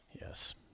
Yes